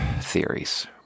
theories